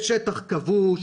בשטח כבוש,